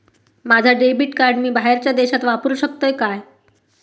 माझा debit card मी बाहेरच्या देशात वापरू शकतय काय?